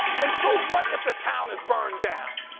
and so what if the town has burned down?